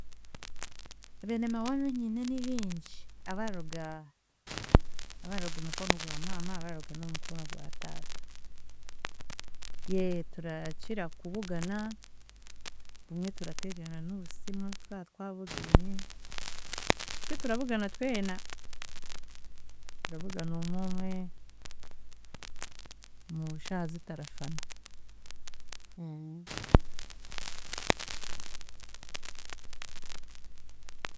Biine maawe abuunyine nibingi abararuga abararuga omu mukono gwa maama abararuga n'omu mukono gwa taata. Ye turakira kubugana, bumwe turatererana n'obusiimu twatwabugiine, titurabugana twena, turabugana omwe omwe mushaaha zitarashwana.